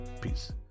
Peace